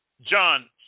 John